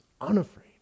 Unafraid